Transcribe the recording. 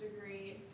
degree